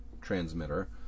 transmitter